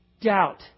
doubt